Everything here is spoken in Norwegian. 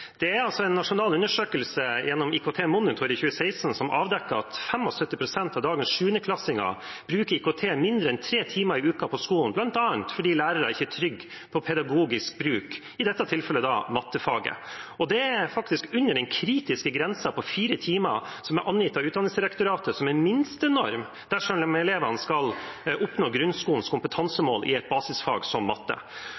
En nasjonal undersøkelse gjennom Monitor i 2016 avdekket at 75 pst. av dagens sjuendeklassinger bruker IKT mindre enn tre timer i uken på skolen, bl.a. fordi lærere ikke er trygge på pedagogisk bruk, i dette tilfellet i mattefaget. Det er faktisk under den kritiske grensen på fire timer som er angitt av Utdanningsdirektoratet som en minstenorm dersom elevene skal oppnå grunnskolens